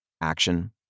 action